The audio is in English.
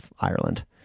Ireland